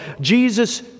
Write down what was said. Jesus